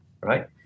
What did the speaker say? right